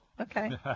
Okay